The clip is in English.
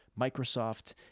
Microsoft